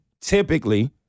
typically